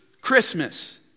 Christmas